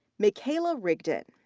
michaela rigdon.